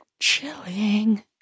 Chilling